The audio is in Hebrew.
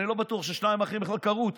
אני לא בטוח שהשניים האחרים בכלל קראו אותה,